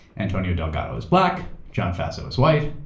antonio delgado is black. john faso is white.